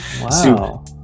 Wow